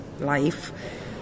life